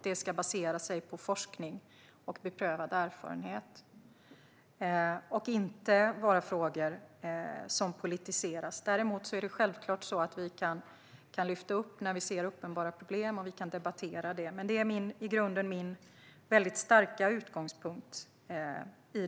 De ska baseras på forskning och beprövad erfarenhet och inte vara frågor som politiseras. Det är min tydliga utgångspunkt i detta. Däremot kan vi självklart ta upp uppenbara problem när vi ser dem, och vi kan debattera dem.